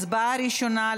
הצבעה ראשונה,